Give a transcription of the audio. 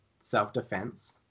self-defense